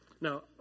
Now